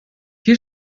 hier